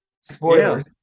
Spoilers